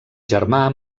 germà